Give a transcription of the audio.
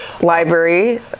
Library